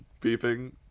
beeping